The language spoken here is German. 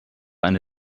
eine